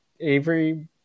Avery